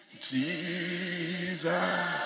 Jesus